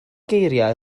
geiriau